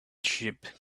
ship